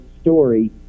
story